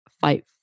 fight